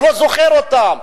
הוא לא זוכר אותן.